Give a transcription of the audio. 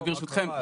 ברשותכם,